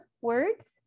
words